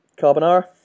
Carbonara